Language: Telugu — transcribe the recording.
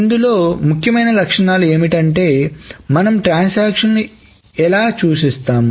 ఇందులో ముఖ్యమైన లక్షణాలు ఏమిటంటే మనం ట్రాన్సాక్షన్లు ఎలా సూచిస్తాం